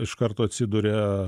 iš karto atsiduria